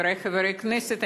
חברי חברי הכנסת,